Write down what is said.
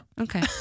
Okay